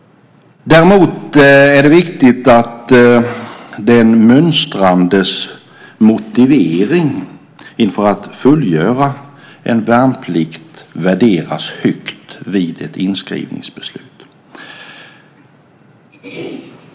Däremot är det viktigt att den mönstrandes motivering inför att fullgöra en värnplikt värderas högt vid ett inskrivningsbeslut.